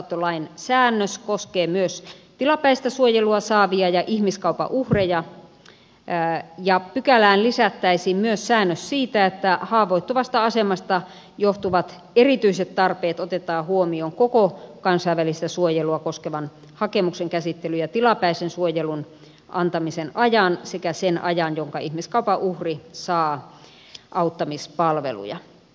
vastaanottolain säännös koskee myös tilapäistä suojelua saavia ja ihmiskaupan uhreja ja pykälään lisättäisiin myös säännös siitä että haavoittuvasta asemasta johtuvat erityiset tarpeet otetaan huomioon koko kansainvälistä suojelua koskevan hakemuksen käsittelyn ja tilapäisen suojelun antamisen ajan sekä sen ajan jonka ihmiskaupan uhri saa auttamispalveluja